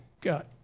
got